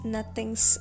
Nothings